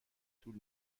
طول